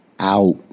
out